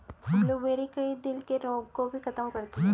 blueberry, कई दिल के रोग भी खत्म करती है